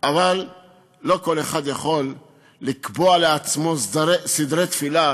אבל לא כל אחד יכול לקבוע לעצמו סדרי תפילה